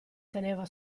teneva